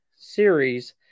series